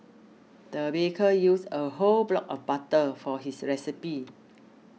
the baker used a whole block of butter for his recipe